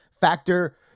Factor